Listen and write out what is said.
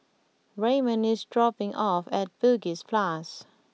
Raymon is dropping me off at Bugis Plus